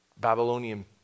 Babylonian